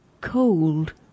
cold